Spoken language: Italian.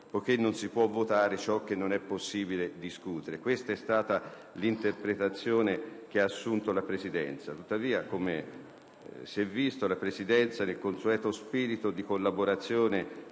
poiché non si può votare ciò che non è possibile discutere. Questa è stata l'interpretazione che ha assunto la Presidenza. Tuttavia, come si è visto, la Presidenza, nel consueto spirito di collaborazione